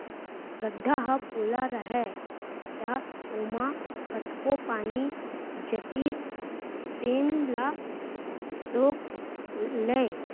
गड्ढ़ा ह पोला रहय त ओमा कतको पानी जातिस तेन ल सोख लय